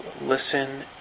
listen